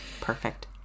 Perfect